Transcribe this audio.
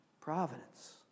providence